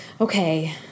okay